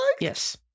Yes